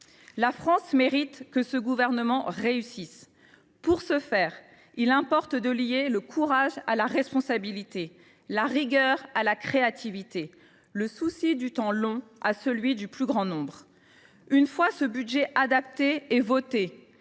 La France mérite que ce gouvernement réussisse. Pour ce faire, il importe de lier le courage à la responsabilité, la rigueur à la créativité, le souci du temps long à celui du plus grand nombre. Une fois ce budget adapté et voté